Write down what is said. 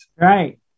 Right